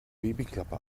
babyklappe